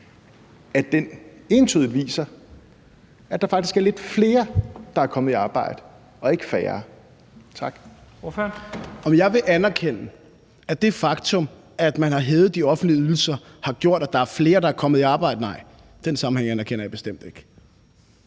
Lahn Jensen): Ordføreren. Kl. 14:17 Morten Dahlin (V): Om jeg vil anerkende, at det faktum, at man har hævet de offentlige ydelser, har gjort, at der er flere, der er kommet i arbejde? Nej, den sammenhæng anerkender jeg bestemt ikke.